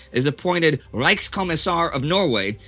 is appointed reichskommissar of norway,